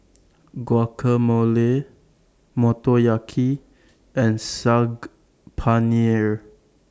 Guacamole Motoyaki and Saag Paneer